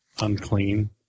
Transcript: Unclean